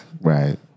Right